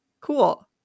Cool